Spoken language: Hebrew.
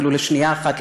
אפילו לשנייה אחת,